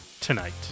tonight